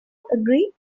agreed